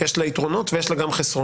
יש לה יתרונות ויש לה חסרונות,